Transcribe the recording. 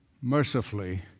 Mercifully